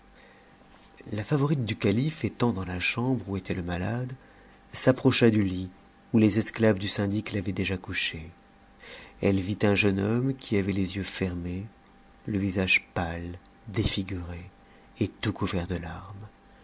la favorite du calife étant dans la chambre où était le malade s'approcha du lit où les esclaves du syndic l'avaient déjà couché elle vit un jeune homme qui avait lesyeux fermés le visage pâle défiguré et tout couvert de larmes